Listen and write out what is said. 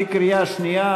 בקריאה שנייה,